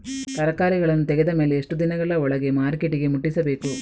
ತರಕಾರಿಗಳನ್ನು ತೆಗೆದ ಮೇಲೆ ಎಷ್ಟು ದಿನಗಳ ಒಳಗೆ ಮಾರ್ಕೆಟಿಗೆ ಮುಟ್ಟಿಸಬೇಕು?